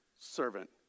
servant